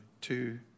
two